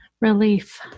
Relief